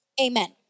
Amen